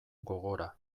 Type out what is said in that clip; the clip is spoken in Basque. gogora